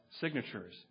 Signatures